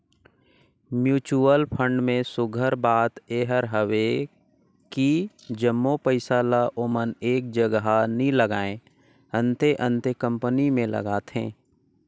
mutual fund में सुग्घर बात एहर हवे कि जम्मो पइसा ल ओमन एक जगहा नी लगाएं, अन्ते अन्ते कंपनी में लगाथें